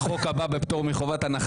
החוק הבא בפטור מחובת הנחה